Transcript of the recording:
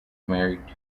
married